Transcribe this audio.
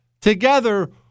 together